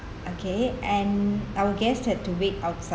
okay and our guests had to wait outside